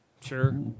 Sure